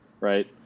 right